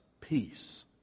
peace